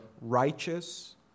righteous